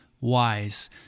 wise